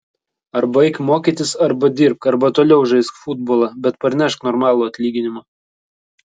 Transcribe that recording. arba eik mokytis arba dirbk arba toliau žaisk futbolą bet parnešk normalų atlyginimą